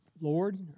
Lord